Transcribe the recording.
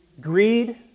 Greed